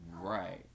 right